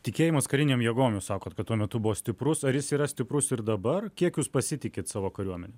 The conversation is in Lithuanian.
tikėjimas karinėm jėgom jūs sakot kad tuo metu buvo stiprus ar jis yra stiprus ir dabar kiek jūs pasitikit savo kariuomene